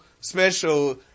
special